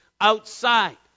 outside